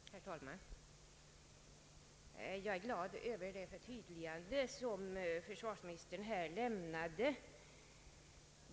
Herr talman! Jag är glad över det förtydligande som =<:försvarsministern här lämnade.